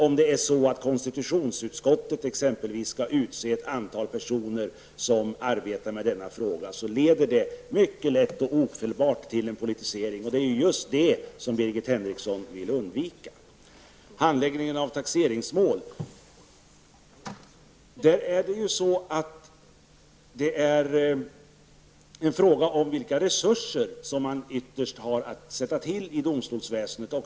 Om konstitutionsutskottet exempelvis skall utse ett antal personer som arbetar med denna fråga, leder det mycket ofelbart till en politisering. Det är just detta som Birgit Henriksson vill undvika. När det gäller handläggningen av taxeringsmål är det fråga om vilka resurser som man ytterst har att sätta till i domstolsväsendet.